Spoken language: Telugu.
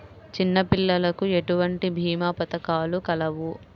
చిన్నపిల్లలకు ఎటువంటి భీమా పథకాలు కలవు?